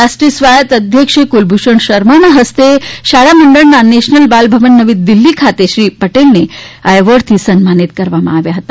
રાષ્ટ્રીય સ્વાયત અધ્યક્ષ કુલભૂષણ શર્માના હસ્તે શાળા મંડળના નેશનલ બાલભવન નવી દિલ્ફી ખાતે શ્રી પટેલને સન્માનિત કરવામાં આવ્યા હતા